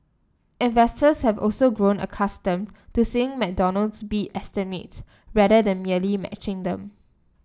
investors have also grown accustomed to seeing McDonald's beat estimates rather than merely matching them